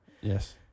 Yes